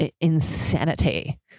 insanity